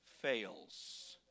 fails